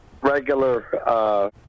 regular